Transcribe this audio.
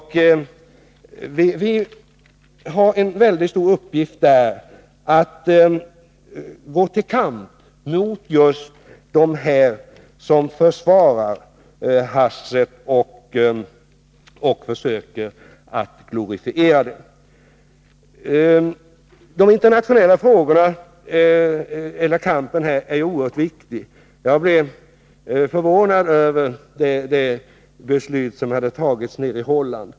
Vi har en mycket stor uppgift, nämligen att gå till kamp mot dem som försvarar haschet och försöker glorifiera det. Kampen på det internationella planet är oerhört viktig. Jag blev förvånad över det beslut som fattades nere i Holland.